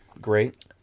great